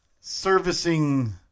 Servicing